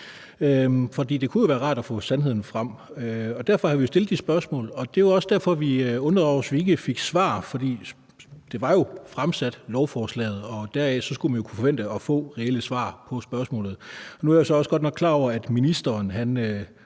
og det kunne jo være rart at få sandheden frem. Derfor har vi jo stillet de spørgsmål, og det var jo derfor, vi undrede os over, at vi ikke fik svar, for lovforslaget var jo fremsat, og derfor skulle man jo kunne forvente at få reelle svar på spørgsmålene. Nu er jeg også godt nok klar over, at ministeren